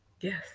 yes